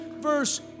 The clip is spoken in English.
verse